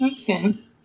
okay